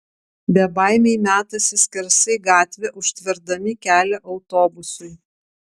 bebaimiai metasi skersai gatvę užtverdami kelią autobusui